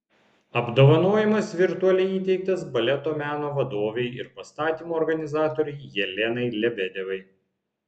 apdovanojimas virtualiai įteiktas baleto meno vadovei ir pastatymų organizatorei jelenai lebedevai